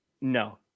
no